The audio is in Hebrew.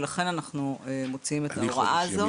ולכן אנחנו מוציאים את ההוראה הזאת.